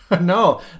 no